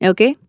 Okay